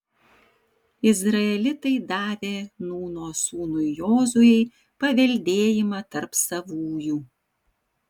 izraelitai davė nūno sūnui jozuei paveldėjimą tarp savųjų